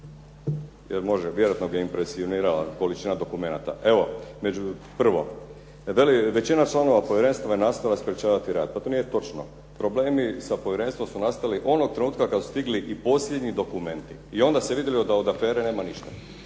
Jer vjerojatno ga je impresionirala količina dokumenata. Evo, među prvo. Veli većina članova povjerenstva je nastojala sprečavati rad. To nije točno. Problemi sa povjerenstvom su nastali onog trenutka kada su stigli i posljednji dokumenti. I onda se vidjelo da od afere nema ništa.